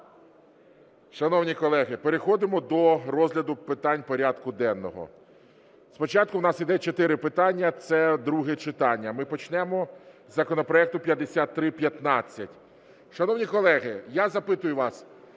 Шановні колеги, переходимо до розгляду питань порядку денного. Спочатку в нас йде чотири питання – це друге читання, ми почнемо з законопроекту 5315. Шановні колеги, я запитую вас,